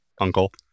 Uncle